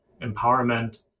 empowerment